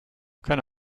keine